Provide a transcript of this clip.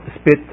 spit